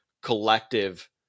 collective